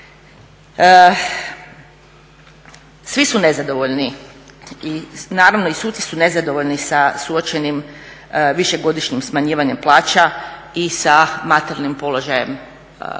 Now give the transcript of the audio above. Svi su nezadovoljni i naravno i suci su nezadovoljni sa suočenim višegodišnjim smanjivanjem plaća i sa materijalnim položajem.